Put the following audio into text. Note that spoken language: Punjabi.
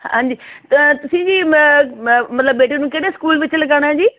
ਹਾਂਜੀ ਤ ਤੁਸੀਂ ਜੀ ਮ ਮ ਮਤਲਬ ਬੇਟੇ ਨੂੰ ਕਿਹੜੇ ਸਕੂਲ ਵਿੱਚ ਲਗਾਉਣਾ ਜੀ